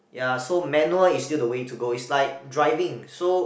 ya so manual is still the way to go it's like driving so